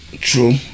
True